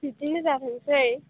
बिदिनो जाथोंसै